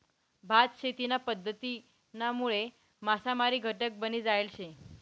भात शेतीना पध्दतीनामुळे मासामारी घटक बनी जायल शे